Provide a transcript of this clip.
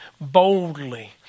boldly